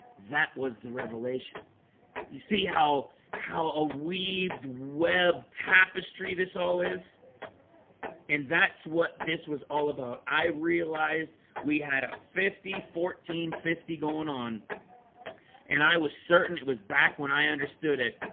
that was the revelation you see how how a weaved web tapestry. this all is and that's what this was all about. i realized we had a fifty fourteen fifty going on and i was certain it was back when i understood it.